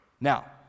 Now